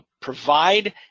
provide